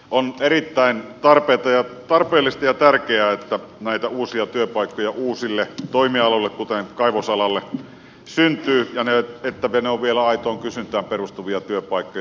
on erittäin tarpeellista ja tärkeää että näitä uusia työpaikkoja uusille toimialoille kuten kaivosalalle syntyy ja että ne ovat vielä aitoon kysyntään perustuvia työpaikkoja